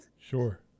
Sure